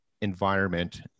environment